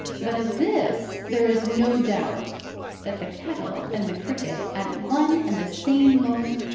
but of this there is no doubt that, the kettle and the cricket, at one and the same moment,